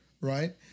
right